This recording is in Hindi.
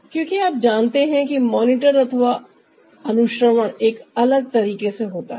क्योंकि आप जानते हैं कि मॉनिटर अथवा अनुश्रवण एक अलग तरीके से होता है